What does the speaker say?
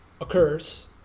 occurs